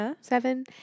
seven